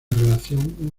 relación